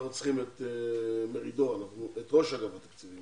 אנחנו צריכים את ראש אגף תקציבים,